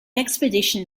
expedition